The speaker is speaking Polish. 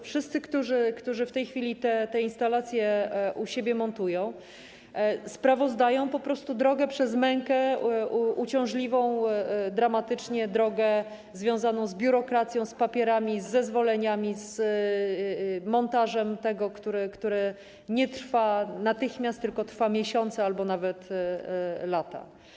Wszyscy, którzy w tej chwili te instalacje u siebie montują, sprawozdają po prostu drogę przez mękę, uciążliwą dramatycznie drogę związaną z biurokracją, z papierami, z zezwoleniami, z montażem tego, który nie następuje natychmiast, tylko trwa miesiące albo nawet lata.